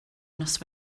nos